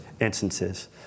instances